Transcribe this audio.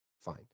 fine